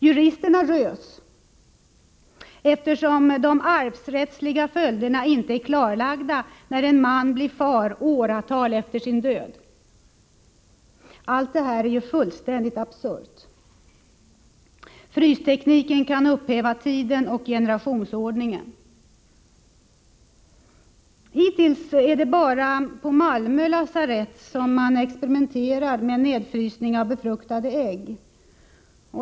Juristerna rös, eftersom de arvsrättsliga följderna inte är klarlagda när en man blir far åratal efter sin död. Allt detta är fullständigt absurt. Frystekniken kan upphäva tiden och generationsordningen. Hittills är det bara på Malmö lasarett som man experimenterar med nedfrysning av befruktade ägg.